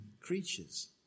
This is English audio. creatures